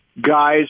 Guys